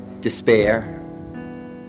despair